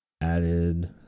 added